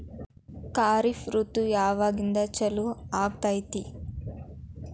ಖಾರಿಫ್ ಋತು ಯಾವಾಗಿಂದ ಚಾಲು ಆಗ್ತೈತಿ?